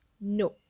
no